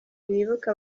bibuke